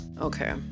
okay